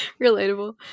Relatable